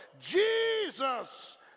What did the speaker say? Jesus